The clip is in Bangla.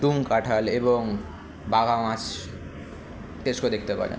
দুম কাঁঠাল এবং বাঘা মাছ টেস্ট করে দেখতে পারেন